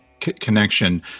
connection